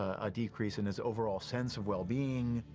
a decrease in his overall sense of well-being.